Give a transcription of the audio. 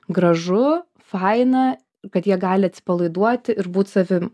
gražu faina kad jie gali atsipalaiduoti ir būt savim